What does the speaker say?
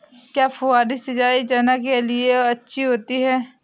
क्या फुहारी सिंचाई चना के लिए अच्छी होती है?